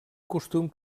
costum